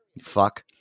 Fuck